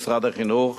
משרד החינוך,